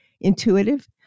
intuitive